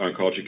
Oncology